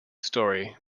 story